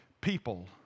people